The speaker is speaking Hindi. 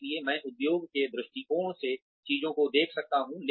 इसलिए मैं उद्योग के दृष्टिकोण से चीजों को देख सकता हूँ